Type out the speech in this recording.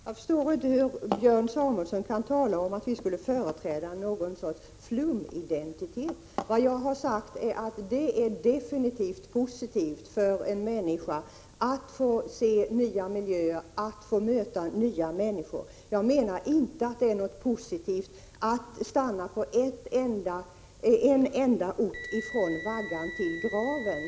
Fru talman! Jag förstår inte hur Björn Samuelson kan tala om att vi skulle företräda något slags flumidentitet. Vad jag har sagt är att det definitivt är positivt för en människa att få se nya miljöer och möta nya människor. Det är enligt min mening inte positivt att stanna på en enda ort från vaggan till graven.